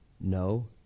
no